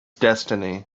destiny